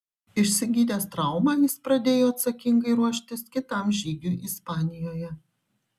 išsigydęs traumą jis pradėjo atsakingai ruoštis kitam žygiui ispanijoje